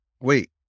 wait